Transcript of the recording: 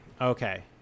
okay